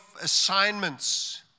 assignments